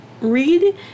Read